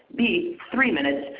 b three minutes,